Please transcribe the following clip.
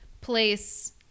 place